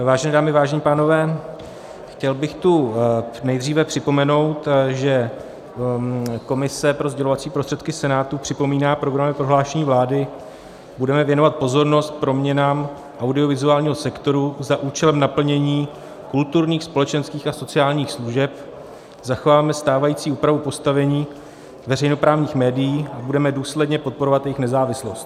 Vážené dámy, vážení pánové, chtěl bych tu nejdříve připomenout, že komise pro sdělovací prostředky Senátu připomíná programové prohlášení vlády: budeme věnovat pozornost proměnám audiovizuálního sektoru za účelem naplnění kulturních, společenských a sociálních služeb, zachováme stávající úpravu postavení veřejnoprávních médií, budeme důsledně podporovat jejich nezávislost.